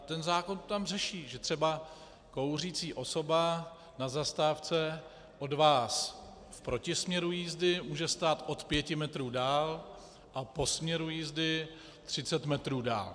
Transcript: Ten zákon to tam řeší, že třeba kouřící osoba na zastávce od vás v protisměru jízdy může stát od pěti metrů dál a po směru jízdy třicet metrů dál.